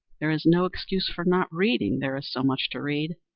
there is no excuse for not reading, there is so much to read.